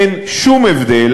אין שום הבדל,